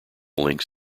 links